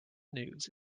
news